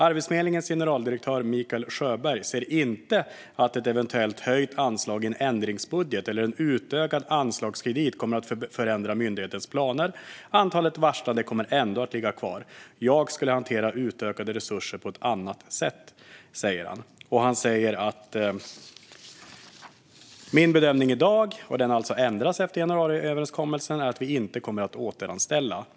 "Arbetsförmedlingens generaldirektör Mikael Sjöberg ser inte att ett eventuellt höjt anslag i en ändringsbudget eller en utökad anslagskredit kommer att förändra myndighetens planer. Antalet varslade kommer ändå att ligga kvar. 'Jag skulle hantera utökade resurser på ett annat sätt'", säger han. Han säger också: "Min bedömning i dag, och den har alltså ändrats efter januariavtalet, är att vi inte kommer att återanställa.